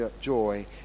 joy